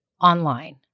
online